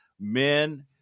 men